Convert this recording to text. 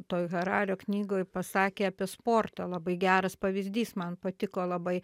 toj harario knygoj pasakė apie sportą labai geras pavyzdys man patiko labai